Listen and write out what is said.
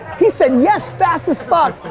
he said yes fast as fuck.